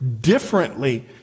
differently